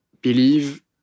believe